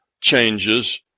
changes